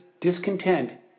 discontent